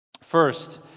first